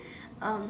um